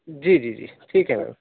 جی جی جی ٹھیک ہے میم